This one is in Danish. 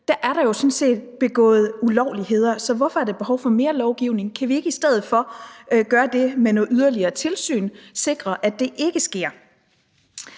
sådan set begået ulovligheder? Så hvorfor er der behov for mere lovgivning? Kan vi i stedet for ikke med noget yderligere tilsyn sikre, at det ikke sker?